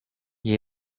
gli